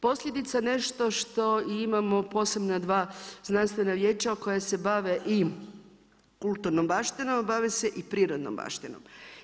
Posljedica nešto što imamo posebna dva znanstvena vijeća koja se bave i kulturnom baštinom, bave se i prirodnom baštinom.